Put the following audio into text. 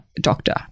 doctor